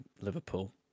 Liverpool